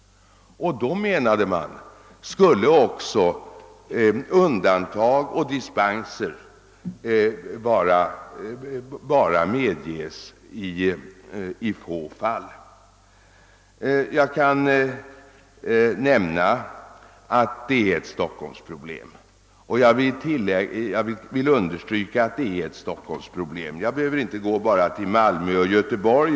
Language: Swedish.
Då skulle också, menade man, undantag och dispenser bara medges i få fall. Jag vill understryka att det är ett Stockholmsproblem. Vi behöver inte gå bara till Malmö och Göteborg.